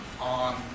on